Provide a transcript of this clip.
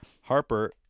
Harper